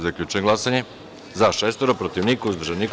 Zaključujem glasanje: za – pet, protiv – niko, uzdržan – niko.